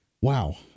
Wow